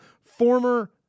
former